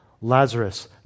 Lazarus